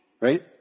right